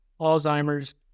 Alzheimer's